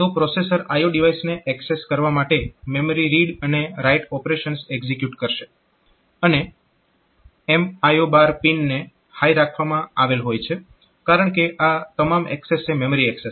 તો processor IO ડિવાઇસને access કરવા માટે મેમરી રીડ અને રાઇટ ઓપરેશન્સ એક્ઝીક્યુટ કરશે અને MIO પિન ને હાય રાખવામાં આવેલ હોય છે કારણકે આ તમામ એક્સેસ એ મેમરી એક્સેસ છે